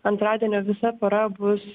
antradienio visa para bus